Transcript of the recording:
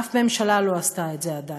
אף ממשלה לא עשתה את זה עדיין,